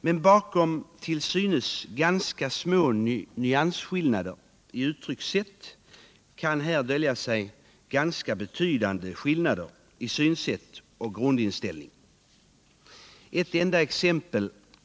Men bakom till synes ganska små nyansskillnader i uttryckssätt kan dölja sig ganska betydande skillnader i synsätt och grundinställning. Jag skall ta ett enda exempel.